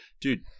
Dude